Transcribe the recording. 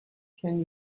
can